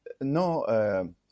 no